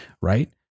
right